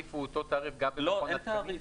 והתעריף הוא אותו תעריף -- אין תעריף.